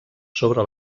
sobre